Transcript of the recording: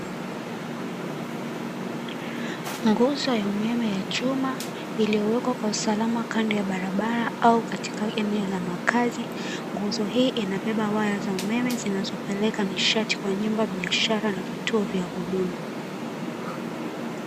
Nguzo ya umeme ya chuma, iliyosekwa kwa usalama kando ya barabara.au katika eneo la makazi. Nguzo hii inabeba waya za umeme zinazopeleka nishati kwenye nyumba ya biashara na vituo vya huduma.